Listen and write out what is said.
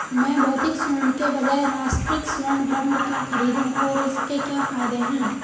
मैं भौतिक स्वर्ण के बजाय राष्ट्रिक स्वर्ण बॉन्ड क्यों खरीदूं और इसके क्या फायदे हैं?